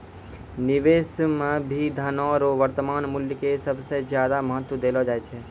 निवेश मे भी धनो रो वर्तमान मूल्य के सबसे ज्यादा महत्व देलो जाय छै